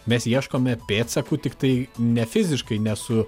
mes ieškome pėdsakų tiktai ne fiziškai ne su